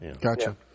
Gotcha